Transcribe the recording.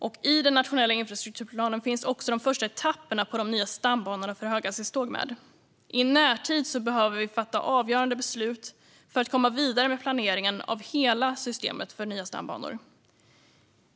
I den internationella infrastrukturplanen finns också de första etapperna på de nya stambanorna för höghastighetståg med. I närtid behöver vi fatta avgörande beslut för att komma vidare med planeringen av hela systemet för nya stambanor.